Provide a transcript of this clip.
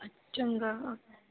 ਅਛ ਚੰਗਾ